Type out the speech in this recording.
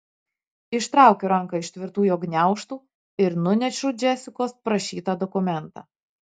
ištraukiu ranką iš tvirtų jo gniaužtų ir nunešu džesikos prašytą dokumentą